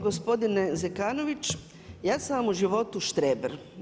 Gospodine Zekanović, ja sam vam u životu štreber.